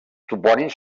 topònims